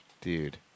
Dude